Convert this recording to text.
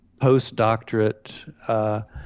postdoctorate